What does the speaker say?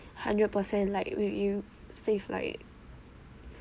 hundred percent like maybe you save like